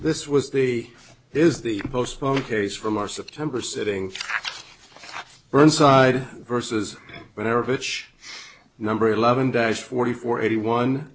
this was the is the postponed case from our september sitting burnside vs whenever a bitch number eleven dash forty four eighty one